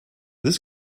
this